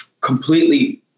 completely